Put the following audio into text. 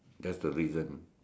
that's the reason